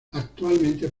actualmente